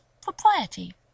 propriety